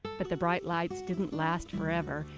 but the bright lights didn't last forever.